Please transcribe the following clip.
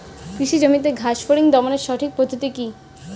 কৃষি জমিতে ঘাস ফরিঙ দমনের সঠিক পদ্ধতি কি?